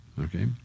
Okay